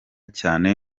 cyane